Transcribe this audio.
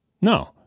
No